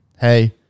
Hey